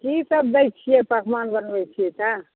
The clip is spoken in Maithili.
की सभ दै छियै पकमान बनबै छियै तऽ